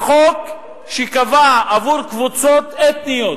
חוק שקבע עבור קבוצות אתניות